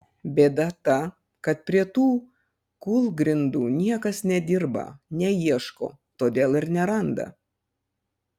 bėda ta kad prie tų kūlgrindų niekas nedirba neieško todėl ir neranda